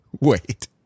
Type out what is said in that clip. wait